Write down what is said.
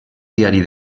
diari